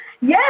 Yes